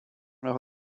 leur